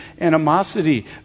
animosity